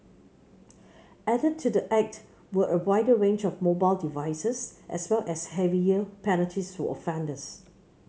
added to the act were a wider range of mobile devices as well as heavier penalties for offenders